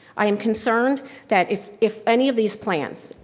i am concerned that if if any of these plans,